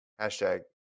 Hashtag